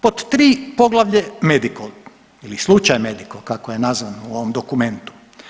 Pod 3 poglavlje Medikol ili slučaj Medikol kako je nazvan u ovom dokumentu.